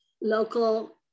local